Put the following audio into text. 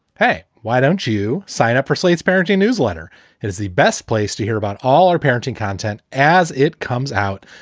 hey, why don't you sign up for slate's parenting newsletter? it is the best place to hear about all our parenting content as it comes out,